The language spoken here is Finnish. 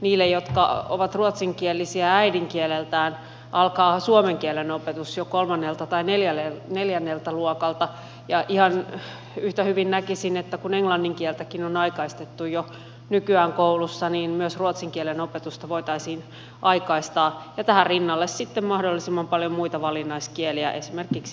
niillä jotka ovat ruotsinkielisiä äidinkieleltään alkaa suomen kielen opetus jo kolmannelta tai neljänneltä luokalta ja ihan yhtä hyvin näkisin että kun englannin kieltäkin on aikaistettu jo nykyään koulussa niin myös ruotsin kielen opetusta voitaisiin aikaistaa ja tähän rinnalle tuoda sitten mahdollisimman paljon muita valinnaiskieliä esimerkiksi venäjän kieltä